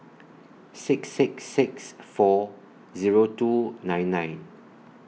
six six six four Zero two nine nine